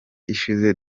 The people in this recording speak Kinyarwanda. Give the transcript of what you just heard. ishize